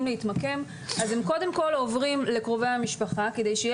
להתמקם ולכן הם קודם כל עוברים לקרובי המשפחה כדי שתהיה